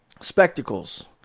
spectacles